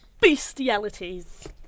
Bestialities